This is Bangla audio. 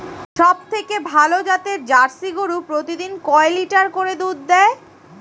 সবথেকে ভালো জাতের জার্সি গরু প্রতিদিন কয় লিটার করে দুধ দেয়?